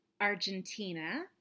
Argentina